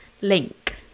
link